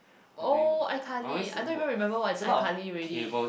oh iCarly I don't even remember what is iCarly already